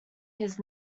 his